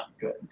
good